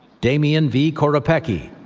damian v. koropeckyj,